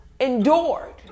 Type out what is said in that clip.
endured